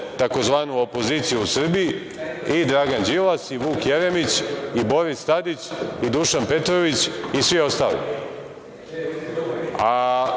tzv. opoziciju u Srbiji, i Dragan Đilas, Vuk Jeremić, Boris Tadić, Dušan Petrović i svi ostali. To